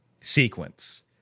sequence